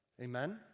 Amen